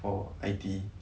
for I_T_E